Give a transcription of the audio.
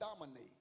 dominate